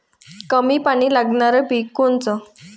कमी पानी लागनारं पिक कोनचं?